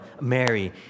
Mary